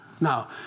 Now